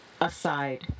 aside